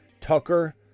Tucker